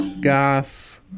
gas